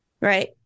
right